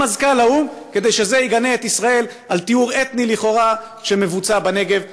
למזכ"ל האו"ם כדי שזה יגנה את ישראל על טיהור אתני לכאורה שמבוצע בנגב.